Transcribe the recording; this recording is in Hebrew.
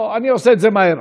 אני עושה את זה מהר.